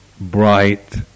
bright